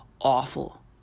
awful